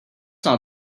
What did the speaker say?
not